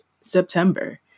September